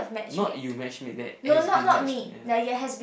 not you match make that has been match ya